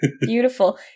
Beautiful